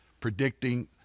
predicting